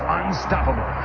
unstoppable